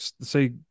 say